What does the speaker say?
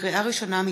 לקריאה ראשונה,